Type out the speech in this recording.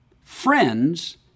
friends